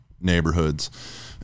neighborhoods